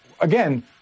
again